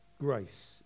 grace